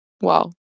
Wow